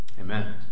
Amen